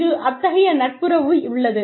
இங்கு அத்தகைய நட்புறவு உள்ளது